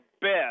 best